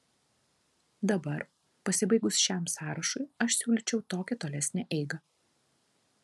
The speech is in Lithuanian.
dabar pasibaigus šiam sąrašui aš siūlyčiau tokią tolesnę eigą